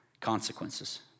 consequences